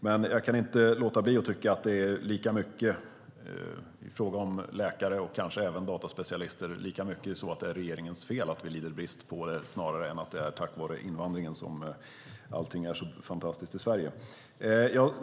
Men jag kan inte låta bli att tycka att det i fråga om läkare och kanske även dataspecialister snarare är regeringens fel att vi lider brist än att det är tack vare invandringen som allt är så fantastiskt i Sverige.